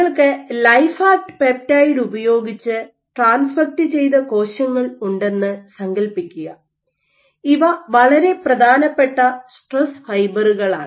നിങ്ങൾക്ക് life act peptide ഉപയോഗിച്ച് transfect ചെയ്ത കോശങ്ങൾ ഉണ്ടെന്ന് സങ്കൽപ്പിക്കുക ഇവ വളരെ പ്രധാനപ്പെട്ട സ്ട്രെസ് ഫൈബറുകളാണ്